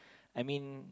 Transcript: I mean